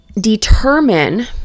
determine